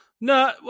No